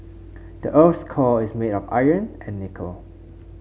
the earth's core is made of iron and nickel